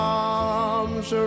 arms